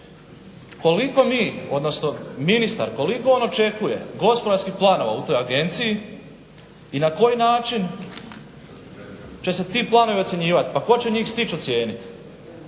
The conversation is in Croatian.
Koliko mi odnosno ministar koliko on očekuje gospodarskih planova u toj agenciji i na koji način će se ti planovi ocjenjivati. Pa tko će njih stić ocijenit?